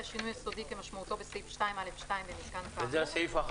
שינוי יסודי כמשמעותו בסעיף 2(א(2) במיתקן כאמור,